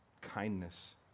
kindness